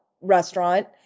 restaurant